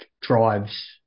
drives